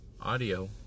audio